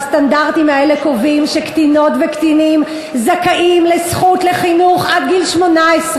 והסטנדרטים האלה קובעים שקטינות וקטינים זכאים לזכות לחינוך עד גיל 18,